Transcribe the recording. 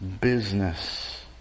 Business